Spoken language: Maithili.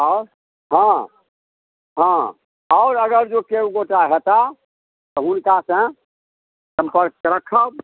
आउ हँ हँ आउ आओर जे अगर केओ गोटा हेता तऽ हुनकासँ सम्पर्क राखब